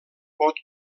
pot